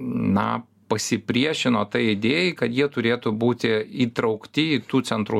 na pasipriešino tai idėjai kad jie turėtų būti įtraukti į tų centrų